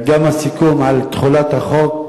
גם הסיכום על תחולת החוק,